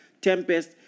tempest